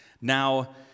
Now